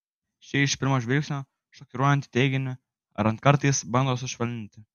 šį iš pirmo žvilgsnio šokiruojantį teiginį rand kartais bando sušvelninti